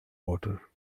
water